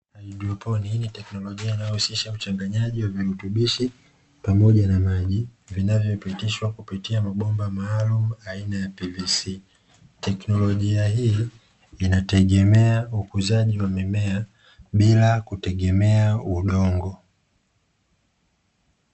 Hydroponi, hii ni tekinolojia inayohusisha uchanganyaji wa virutubishi pamoja na maji, vinavyopitishwa kupitia mabomba maalumu aina ya pvc,tekinolojia hii inategemea ukuzaji wa mimea bila kutegemea udongo.